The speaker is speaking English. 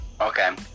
Okay